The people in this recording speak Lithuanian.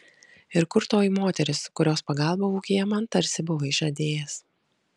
ir kur toji moteris kurios pagalbą ūkyje man tarsi buvai žadėjęs